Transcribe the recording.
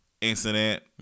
incident